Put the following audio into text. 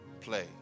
play